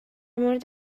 مورد